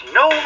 no